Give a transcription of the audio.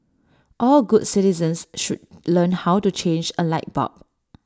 all good citizens should learn how to change A light bulb